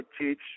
teach